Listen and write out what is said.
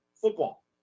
football